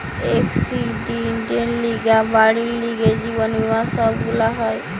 একসিডেন্টের লিগে, বাড়ির লিগে, জীবন বীমা সব গুলা হয়